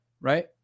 Right